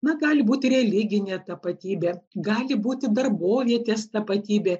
na gali būti religinė tapatybė gali būti darbovietės tapatybė